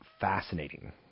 fascinating